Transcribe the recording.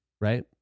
Right